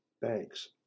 banks